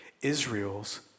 Israel's